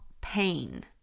pain